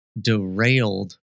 derailed